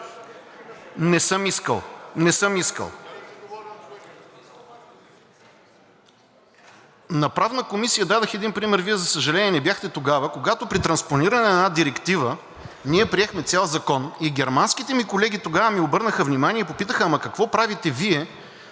Не съм искал, не съм искал. На Правна комисия дадох един пример, Вие, за съжаление, не бяхте тогава, когато при транспониране на една директива ние приехме цял закон и германските ми колеги тогава ми обърнаха внимание и попитаха: „Ама какво правите Вие?